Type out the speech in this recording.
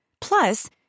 Plus